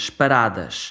paradas